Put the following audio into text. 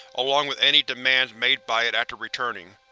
along with any demands made by it after returning.